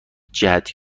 جهت